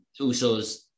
Usos